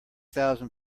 thousand